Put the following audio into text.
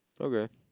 Okay